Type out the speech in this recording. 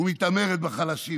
ומתעמרת בחלשים?